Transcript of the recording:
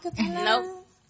Nope